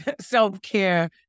self-care